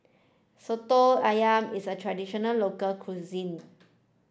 Soto Ayam is a traditional local cuisine